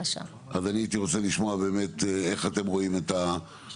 אז אני הייתי רוצה לשמוע באמת איך אתם רואים את העניין.